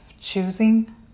choosing